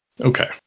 Okay